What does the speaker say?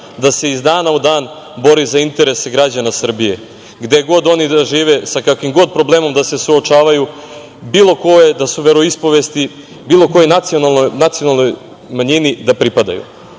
da se iz dana u dan bori za interese građana Srbije gde god oni da žive, sa kakvim god problemom da se suočavaju, bilo koje da su veroispovesti, bilo kojoj nacionalnoj manjini da pripadaju. Ono